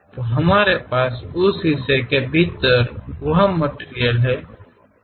तो हमारे पास उस हिस्से के भीतर वह मटिरियल है